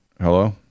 Hello